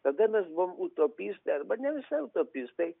tada mes buvom utopistai arba ne visai utopistai